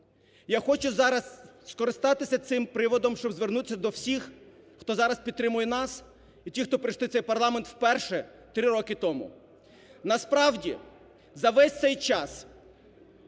Я хочу зараз скористатися цим приводом, щоб звернутися до всіх, хто зараз підтримує нас, і тих, хто прийшли в цей парламент вперше три роки тому. Насправді, за весь цей час